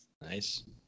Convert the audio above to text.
Nice